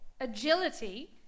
Agility